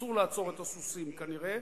אסור לעצור את הסוסים, כנראה.